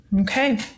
Okay